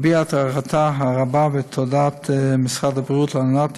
והביעה את הערכתה הרבה ואת תודת משרד הבריאות להנהלת